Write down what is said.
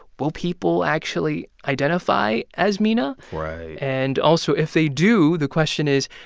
will people actually identify as mena? right and also, if they do, the question is,